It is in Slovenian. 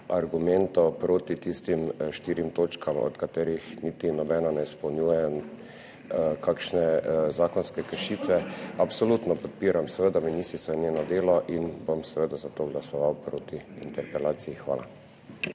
argumentov proti tistim štirim točkam, od katerih niti nobena ne izpolnjuje kakšne zakonske kršitve. Absolutno podpiram seveda ministrico in njeno delo in bom seveda za to glasoval proti interpelaciji. Hvala.